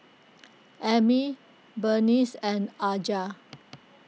Emmy Berneice and Aja